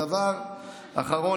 דבר אחרון,